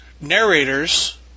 narrators